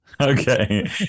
Okay